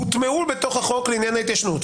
הוטמעו בתוך החוק לעניין התיישנות.